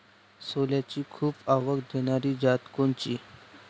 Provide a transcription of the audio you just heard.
सोल्याची खूप आवक देनारी जात कोनची?